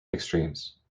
extremes